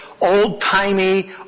old-timey